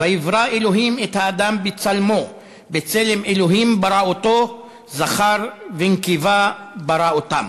"ויברא ה' את האדם בצלמו בצלם ה' ברא אֹתו זכר ונקבה ברא אֹתם".